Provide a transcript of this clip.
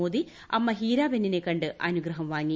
മോദി അമ്മ ഹീരാ ബെന്നിനെ കണ്ട് അനുഗ്രഹം വാങ്ങി